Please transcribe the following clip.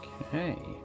Okay